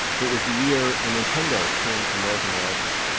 it was the year the nintendo came to north america.